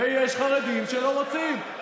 ויש חרדים שלא רוצים,